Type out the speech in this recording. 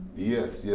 yes, yes,